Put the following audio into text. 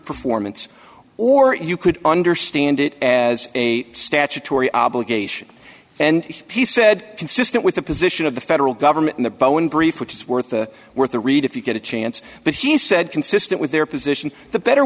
performance or you could understand it as a statutory obligation and he said consistent with the position of the federal government in the bowen brief which is worth the worth a read if you get a chance but he said consistent with their position the better